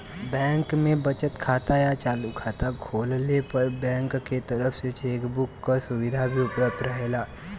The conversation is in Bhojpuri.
बैंक में बचत खाता या चालू खाता खोलले पर बैंक के तरफ से चेक बुक क सुविधा भी उपलब्ध रहेला